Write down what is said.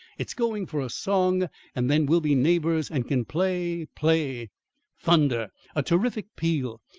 it's going for a song and then we'll be neighbours and can play play thunder a terrific peal.